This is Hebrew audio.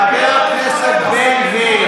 חבר הכנסת בן גביר,